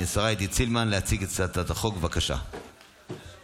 אני קובע שהצעת חוק התכנון והבנייה (תיקון